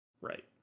Right